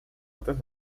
otras